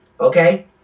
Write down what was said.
okay